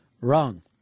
Wrong